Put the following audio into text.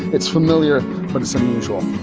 it's familiar but it's unusual